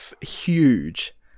huge